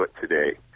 today